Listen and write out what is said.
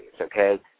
Okay